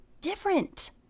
different